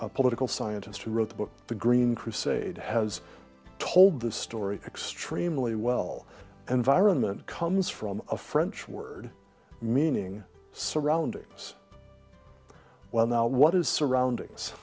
a political scientist who wrote the book the green crusade has told this story extremely well and vironment comes from a french word meaning surroundings well now what is surroundings